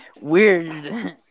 Weird